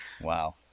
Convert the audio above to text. Wow